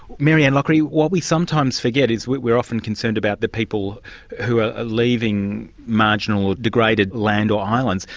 maryanne loughry, what we sometimes forget is we're often concerned about the people who are leaving marginal or degraded land or islands,